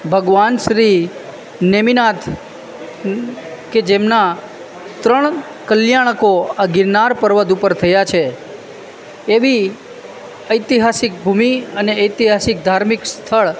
ભગવાન શ્રી નેમિનાથ કે જેમના ત્રણ કલ્યાણકો આ ગિરનાર પર્વત ઉપર થયાં છે એવી ઐતિહાસિક ભૂમિ અને ઐતિહાસિક ધાર્મિક સ્થળ